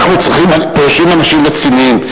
פה יושבים אנשים רציניים,